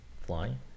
flying